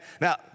Now